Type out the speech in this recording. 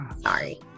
Sorry